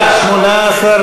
התשע"ו